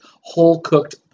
whole-cooked